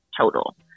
total